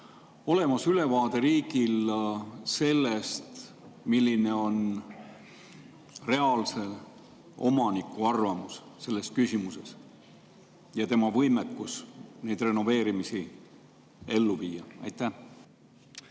olemas ülevaade sellest, milline on reaalse omaniku arvamus selles küsimuses ja tema võimekus neid renoveerimisi ellu viia? Aitäh,